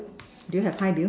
do you have hi Bill